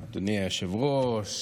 אדוני היושב-ראש,